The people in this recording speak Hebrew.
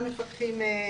עד (6) בסעיף 25(א)